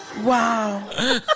Wow